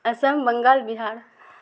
اسم بنگال بہار